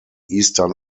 eastern